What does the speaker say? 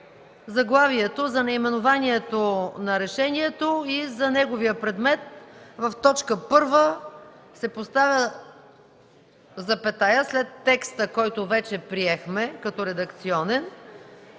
заглавието, за наименованието на решението, и за неговия предмет. В т. 1 се поставя запетая след текста, който вече приехме като редакционен,